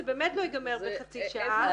זה באמת לא יגמר בחצי שעה.